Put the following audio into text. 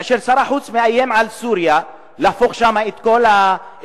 כאשר שר החוץ מאיים על סוריה להפוך שם את כל המשטר,